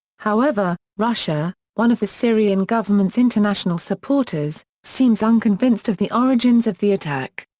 however, russia, one of the syrian government's international supporters, seems unconvinced of the origins of the attack.